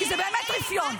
כי זה באמת רפיון.